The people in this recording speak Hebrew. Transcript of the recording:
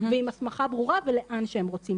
ועם הסמכה ברורה ולאן שהם הם רוצים.